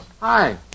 Hi